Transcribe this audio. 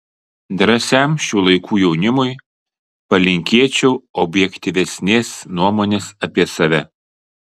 drąsiam šių laikų jaunimui palinkėčiau objektyvesnės nuomonės apie save